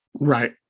Right